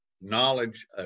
knowledge